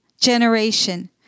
generation